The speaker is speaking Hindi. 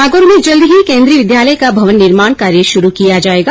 नागौर में जल्द ही केन्द्रीय विद्यालय का भवन निर्माण कार्य शुरू किया जाएगा